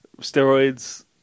steroids